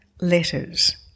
letters